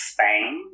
Spain